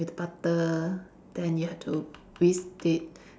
with the butter then you have to whisk it